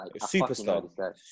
Superstar